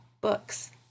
Books